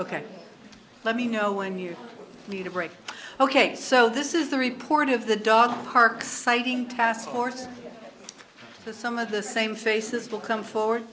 ok let me know when you need a break ok so this is the report of the dog park sighting task force to some of the same faces will come forward